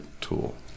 tool